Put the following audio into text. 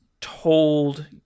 told